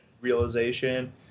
realization